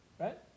Right